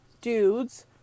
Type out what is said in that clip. dudes